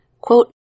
quote